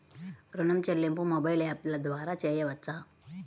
ఋణం చెల్లింపు మొబైల్ యాప్ల ద్వార చేయవచ్చా?